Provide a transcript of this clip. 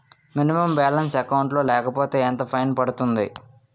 Minimum balance account లో లేకపోతే ఎంత ఫైన్ పడుతుంది?